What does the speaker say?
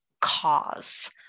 cause